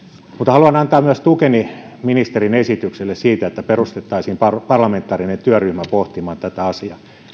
haluan antaa myös tukeni ministerin esitykselle siitä että perustettaisiin parlamentaarinen työryhmä pohtimaan tätä asiaa